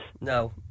No